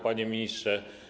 Panie Ministrze!